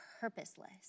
purposeless